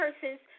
person's